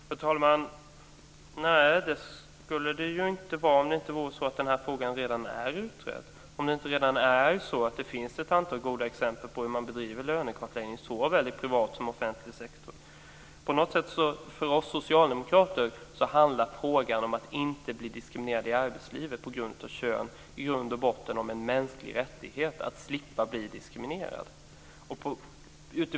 Fru talman! Nej, men frågan är redan utredd. Det finns redan ett antal goda exempel på hur man bedriver en lönekartläggning såväl inom privat som inom offentlig sektor. För oss socialdemokrater handlar detta med att inte bli diskriminerad i arbetslivet på grund av kön i grund och botten om en mänsklig rättighet - att slippa bli diskriminerad.